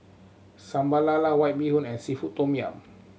Sambal Lala White Bee Hoon and seafood tom yum